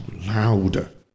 loud